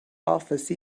office